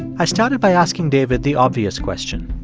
i started by asking david the obvious question.